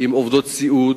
עם עובדות סיעוד.